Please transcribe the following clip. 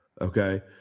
okay